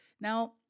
Now